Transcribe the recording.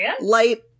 Light